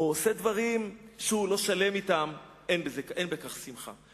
או עושה דברים שהוא לא שלם אתם, אין בכך שמחה.